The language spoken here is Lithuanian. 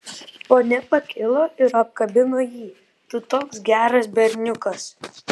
ponia pakilo ir apkabino jį tu toks geras berniukas